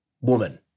woman